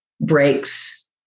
breaks